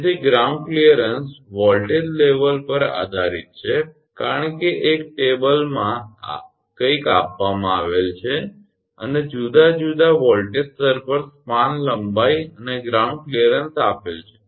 તેથી ground clearance voltage સ્તર પર આધારીત છે કારણ કે ટેબલ એક માં કંઈક આપવામાં આવેલ છે અને જુદા જુદા વોલ્ટેજ સ્તર પર સ્પાન લંબાઈ અને ગ્રાઉન્ડ ક્લિયરન્સ આપેલ છે